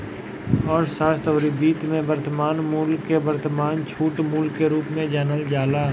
अर्थशास्त्र अउरी वित्त में वर्तमान मूल्य के वर्तमान छूट मूल्य के रूप में जानल जाला